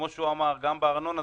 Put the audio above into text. שהוא אמר, גם לארנונה.